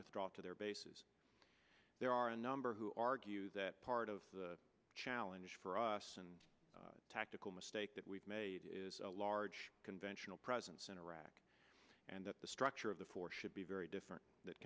withdraw to their bases there are a number who argue that part of the challenge for us and tactical mistake that we've made is a large conventional presence in iraq and that the structure of the four should be very different that